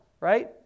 right